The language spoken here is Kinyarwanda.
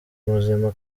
muzima